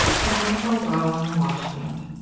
in a rainbow row on the washstand.